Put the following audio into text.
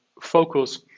focus